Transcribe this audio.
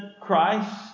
Christ